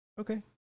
Okay